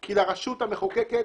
כי לרשות המחוקקת